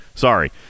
Sorry